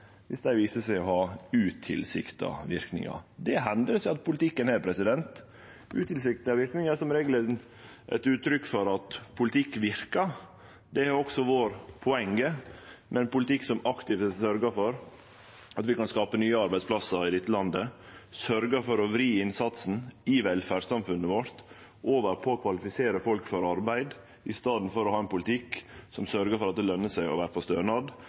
viss dei viser seg å ha utilsikta verknader. Det hender det seg at politikken har. Utilsikta verknader er som regel eit uttrykk for at politikk verkar. Det har også vore poenget med ein politikk som aktivt sørgjer for at vi kan skape nye arbeidsplassar i dette landet, sørgje for å vri innsatsen i velferdssamfunnet vårt over på å kvalifisere folk for arbeid i staden for å ha ein politikk som sørgjer for at det løner seg å vere på stønad.